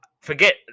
Forget